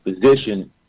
position